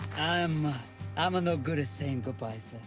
um i'm no good at saying goodbyes,